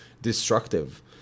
destructive